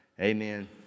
amen